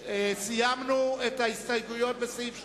סיימנו את ההסתייגויות לסעיף 2,